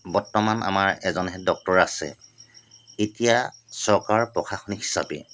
বৰ্তমান আমাৰ এজনহে ডক্তৰ আছে এতিয়া চৰকাৰৰ প্ৰশাসনিক হিচাবে